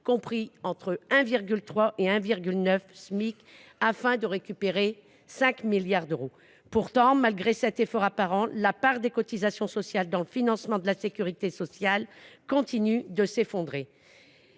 compris entre 1,3 Smic et 1,9 Smic, afin de récupérer 5 milliards d’euros. Pourtant, malgré cet effort apparent, la part des cotisations sociales dans le financement de la sécurité sociale continue de s’effondrer.